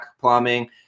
plumbing